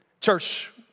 Church